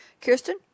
Kirsten